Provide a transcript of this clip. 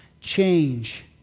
change